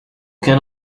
can